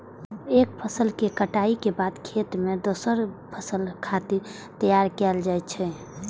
एक फसल के कटाइ के बाद खेत कें दोसर फसल खातिर तैयार कैल जाइ छै